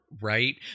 Right